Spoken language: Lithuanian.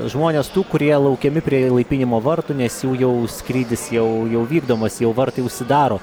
žmonės tų kurie laukiami prie įlaipinimo vartų nes jų jau skrydis jau jau vykdomas jau vartai užsidaro